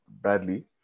Bradley